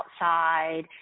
outside